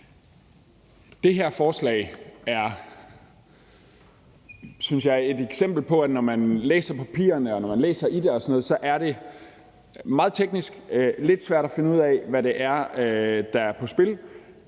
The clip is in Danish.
Det her forslag er, synes jeg, et eksempel på, at når man læser papirerne, er det meget teknisk og lidt svært at finde ud af, hvad det er, der er på spil.